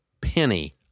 penny